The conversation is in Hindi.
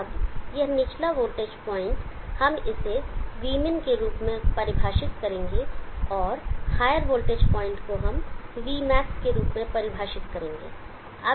अब यह निचला वोल्टेज पॉइंट हम इसे Vmin के रूप में परिभाषित करेंगे और हायर वोल्टेज पॉइंट को हम Vmax के रूप में परिभाषित करेंगे